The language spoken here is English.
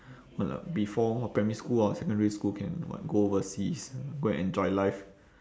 what uh before primary school or secondary school can what go overseas go and enjoy life